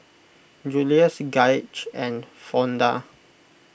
Julius Gaige and Fonda